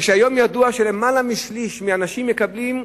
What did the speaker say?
כשהיום ידוע שלמעלה משליש מהאנשים מקבלים,